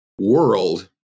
world